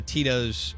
Tito's